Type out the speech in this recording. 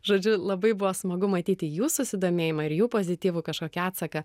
žodžiu labai buvo smagu matyti jų susidomėjimą ir jų pozityvų kažkokį atsaką